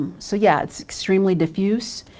so yeah, it's extremely diffused.